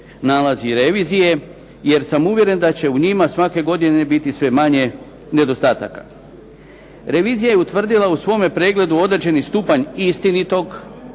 nalazi revizije, jer sam uvjeren da će u njima svake godine biti sve manje nedostataka. Revizija je utvrdila u svome pregledu određeni stupanj istinitog,